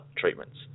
treatments